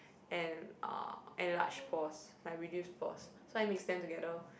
and uh enlarge pores like reduce pores so I mix them together